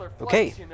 Okay